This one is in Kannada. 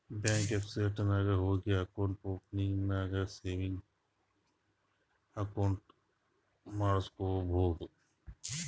ಬ್ಯಾಂಕ್ದು ವೆಬ್ಸೈಟ್ ನಾಗ್ ಹೋಗಿ ಅಕೌಂಟ್ ಓಪನಿಂಗ್ ನಾಗ್ ಸೇವಿಂಗ್ಸ್ ಅಕೌಂಟ್ ಮಾಡುಸ್ಕೊಬೋದು